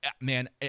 man